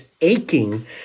aching